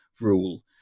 rule